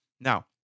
Now